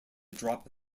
drop